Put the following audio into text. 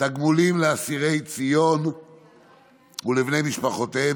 תגמולים לאסירי ציון ולבני משפחותיהם